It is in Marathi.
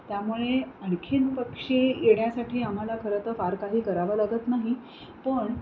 त्यामुळे आणखीन पक्षी येण्यासाठी आम्हाला खरं तर फार काही करावं लागत नाही पण